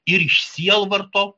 ir iš sielvarto